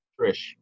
Trish